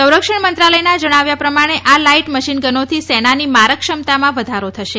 સંરક્ષણ મંત્રાલયનાં જણાવ્યા પ્રમાણે આ લાઇટ મશીનગનોથી સેનાની મારક ક્ષમતામાં વધારો થશે